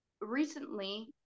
recently